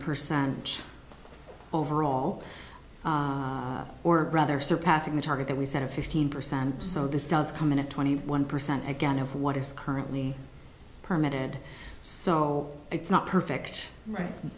percent overall or rather surpassing the target that we set a fifteen percent so this does come in at twenty one percent again of what is currently permitted so it's not perfect right